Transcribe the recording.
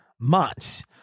months